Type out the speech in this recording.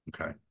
okay